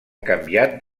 canviat